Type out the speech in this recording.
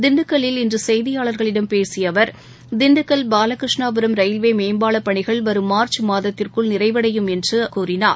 திண்டுக்கல்லில் இன்று செய்தியாளர்களிடம் பேசிய அவரத் திண்டுக்கல் பாலகிருஷ்ணாபுரம் ரயில்வே மேம்பால பணிகள் வரும் மார்ச் மாதத்திற்குள் முடிந்துவிடும் என்றும் அவர் கூறினார்